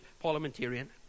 parliamentarian